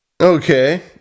Okay